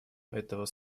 этого